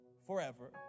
Forever